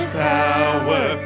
power